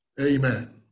Amen